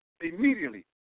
Immediately